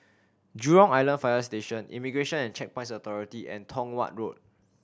Jurong Island Fire Station Immigration and Checkpoints Authority and Tong Watt Road